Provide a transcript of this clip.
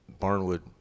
Barnwood